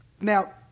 Now